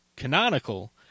canonical